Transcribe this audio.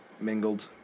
Mingled